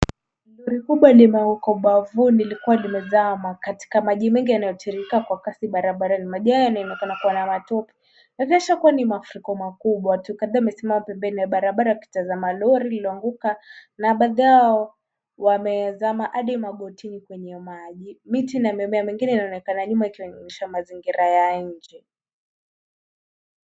Lori kubwa limeanguka ubavuni, likiwa limezama katika maji mengi yanayoteremka kwa kasi barabarani. Maji hayo yanaonekana kuwa na matope, yaonyesha kubwa ni mafuriko makubwa. Watu kadhaa wamesimama pembeni ya barabara wakitazama lori lililoanguka, na baadhi yao wamezama hadi magotini kwenye maji. Miti na mimea mengine inaonekana nyuma ikionyesha mazingira ya nje.